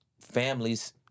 families